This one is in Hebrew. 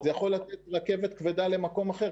זה יכול לתת רכבת כבדה למקום אחר.